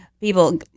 People